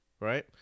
right